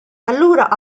allura